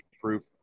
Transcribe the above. proof